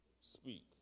speak